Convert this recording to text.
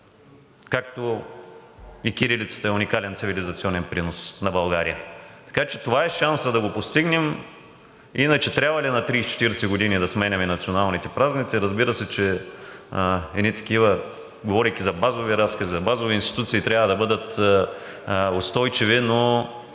както и кирилицата е уникален цивилизационен принос на България. Така че това е шансът да го постигнем. Иначе трябва ли на 30 – 40 години да сменяме националните празници, разбира се, че едни такива, говорейки за базови разкази, за базови институции трябва да бъдат устойчиви, но